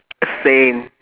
same